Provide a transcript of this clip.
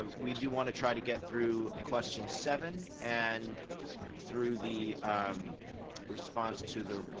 ah we want to try to get through question seven and through the response to the